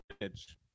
image